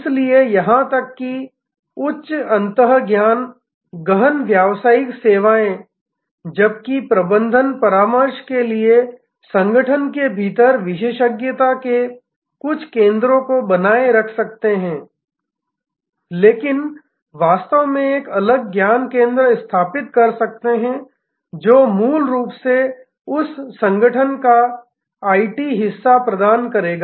इसलिए यहां तक कि उच्च अंत ज्ञान गहन व्यावसायिक सेवाएं जबकि प्रबंधन परामर्श के लिए संगठन के भीतर विशेषज्ञता के कुछ केंद्रों को बनाए रख सकते हैं लेकिन वास्तव में एक अलग ज्ञान केंद्र स्थापित कर सकते हैं जो मूल रूप से उस संगठन का आईटी हिस्सा प्रदान करेगा